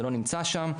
זה לא נמצא שם,